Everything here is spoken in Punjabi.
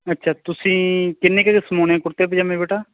ਅੱਛਾ ਤੁਸੀਂ ਕਿੰਨੇ ਕੁ ਸਮਾਉਣੇ ਕੁੜਤੇ ਪਜਾਮੇ ਬੇਟਾ